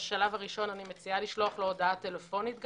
בשלב הראשון מציעה לשלוח לו הודעה טלפונית גם,